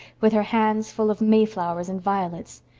with her hands full of mayflowers and violets.